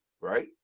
right